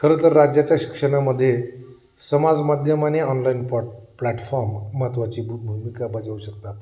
खरं तर राज्याच्या शिक्षणामध्ये समाज माध्यम आणि ऑनलाईन पॉ प्लॅटफॉर्म महत्त्वाची भू भूमिका बजवू शकतात